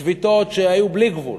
שביתות היו בלי גבול,